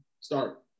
Start